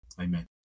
Amen